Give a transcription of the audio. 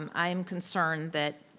um i am concerned that,